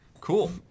cool